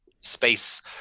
space